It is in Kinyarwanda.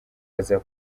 aza